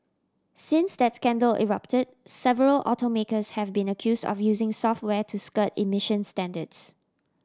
since that scandal erupted several automakers have been accuse of using software to skirt emissions standards